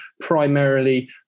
primarily